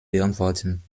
beantworten